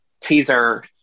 teaser